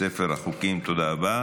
שבעה בעד, אפס מתנגדים, אפס נמנעים.